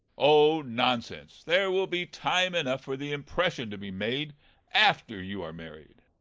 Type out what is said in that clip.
oh! nonsense! there will be time enough for the impression to be made after you are married.